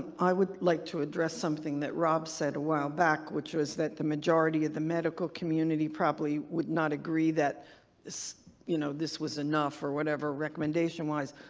i would like to address something that rob said a while back which was that the majority of the medical community probably would not agree that this you know this was enough or whatever recommendation wise.